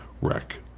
wreck